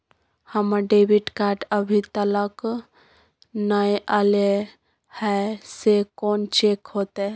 हमर debit card अभी तकल नय अयले हैं, से कोन चेक होतै?